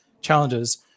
challenges